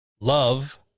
Love